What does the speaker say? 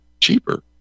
cheaper